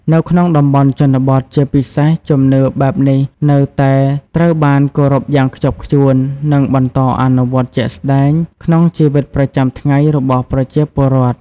នៅក្នុងតំបន់ជនបទ ជាពិសេស ជំនឿបែបនេះនៅតែត្រូវបានគោរពយ៉ាងខ្ជាប់ខ្ជួន និងបន្តអនុវត្តជាក់ស្ដែងក្នុងជីវិតប្រចាំថ្ងៃរបស់ពលរដ្ឋ។